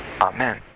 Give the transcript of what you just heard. Amen